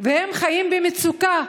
והם חיים במצוקה.